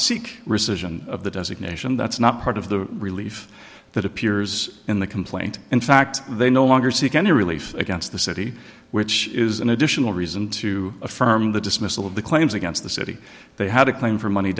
seek rescission of the designation that's not part of the relief that appears in the complaint in fact they no longer seek any relief against the city which is an additional reason to affirm the dismissal of the claims against the city they had a claim for money